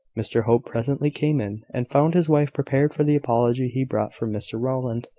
mr hope presently came in, and found his wife prepared for the apology he brought from mr rowland.